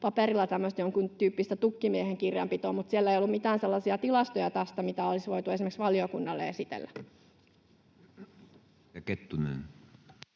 paperilla jonkun tyyppistä tukkimiehen kirjanpitoa, mutta siellä ei ollut tästä mitään sellaisia tilastoja, mitä olisi voitu esimerkiksi valiokunnalle esitellä. [Speech